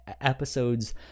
episodes